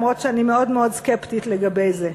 אף-על-פי שאני מאוד סקפטית לגבי זה.